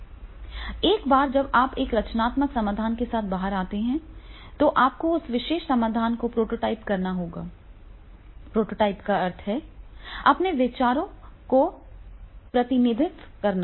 एक बार जब आप एक रचनात्मक समाधान के साथ बाहर आते हैं तो आपको उस विशेष समाधान को प्रोटोटाइप करना होगा प्रोटोटाइप का अर्थ है अपने विचारों का प्रतिनिधित्व करना